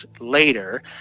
later